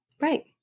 Right